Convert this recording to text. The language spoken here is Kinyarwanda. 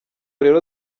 rero